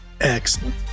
Excellent